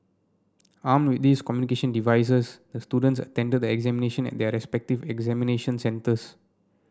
armed with these communication devices the students attended the examination at their respective examination centres